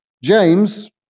James